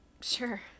Sure